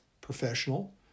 professional